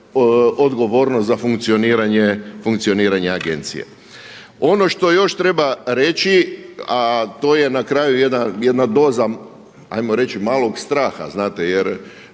odgovornost za funkcioniranje agencije. Ono što još treba reći, a to je na kraju jedna doza hajmo reći malog straha, znate jer